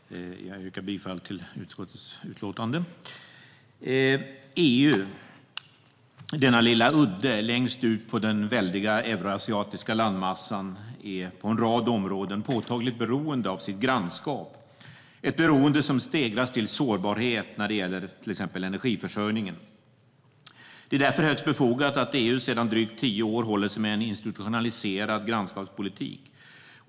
Herr talman! Jag yrkar bifall till utskottets förslag i utlåtandet. EU, denna lilla udde längst ut på den väldiga euroasiatiska landmassan, är på en rad områden påtagligt beroende av sitt grannskap, ett beroende som stegras till sårbarhet när det gäller till exempel energiförsörjningen. Det är därför högst befogat att EU sedan drygt tio år håller sig med en institutionaliserad grannskapspolitik.